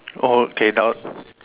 oh okay now